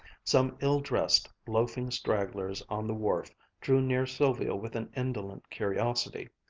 some ill-dressed, loafing stragglers on the wharf drew near sylvia with an indolent curiosity.